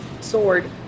Sword